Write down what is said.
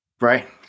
Right